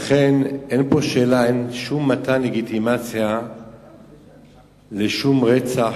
לכן, אין פה שום מתן לגיטימציה לשום רצח.